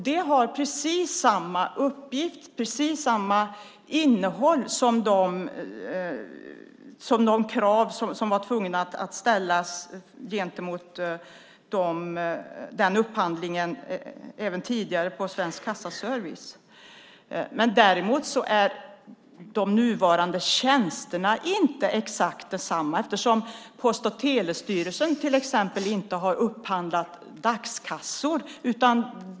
Det ställs precis samma krav som det ställdes tidigare på upphandlingen med Svensk Kassaservice. Däremot är de nuvarande tjänsterna inte exakt desamma eftersom Post och telestyrelsen inte har upphandlat dagskassor.